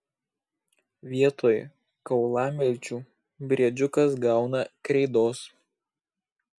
vietoj kaulamilčių briedžiukas gauna kreidos